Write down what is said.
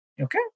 Okay